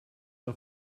off